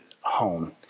home